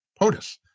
POTUS